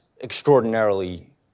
extraordinarily